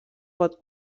pot